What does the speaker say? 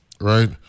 right